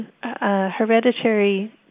hereditary